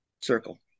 circle